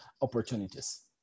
opportunities